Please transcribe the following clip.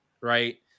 right